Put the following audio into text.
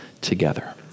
together